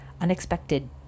unexpected